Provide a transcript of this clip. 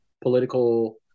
political